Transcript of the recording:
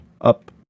up